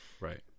Right